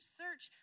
search